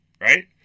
right